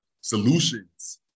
solutions